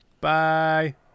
Bye